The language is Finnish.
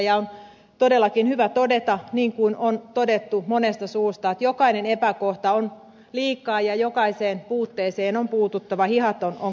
on todellakin hyvä todeta niin kuin on todettu monesta suusta että jokainen epäkohta on liikaa ja jokaiseen puutteeseen on puututtava hihat on kääritty ja työtä on tehtävä